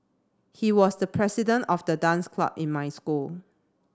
he was the president of the dance club in my school